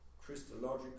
christological